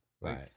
Right